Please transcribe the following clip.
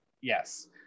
Yes